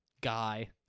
Guy